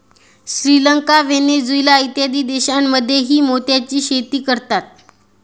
Sri Lanka, Venezuela इत्यादी देशांमध्येही मोत्याची शेती करतात